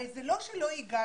הרי זה לא שלא הגשנו.